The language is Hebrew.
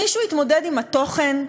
מישהו התמודד עם התוכן?